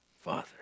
Father